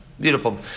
Beautiful